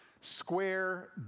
square